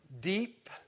deep